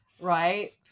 right